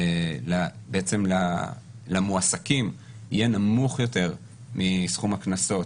בעצם למועסקים, יהיה נמוך יותר מסכום הקנסות